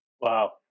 Wow